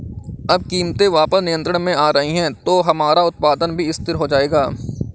अब कीमतें वापस नियंत्रण में आ रही हैं तो हमारा उत्पादन भी स्थिर हो जाएगा